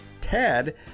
Tad